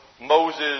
Moses